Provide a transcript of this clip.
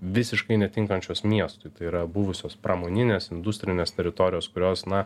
visiškai netinkančios miestui tai yra buvusios pramoninės industrinės teritorijos kurios na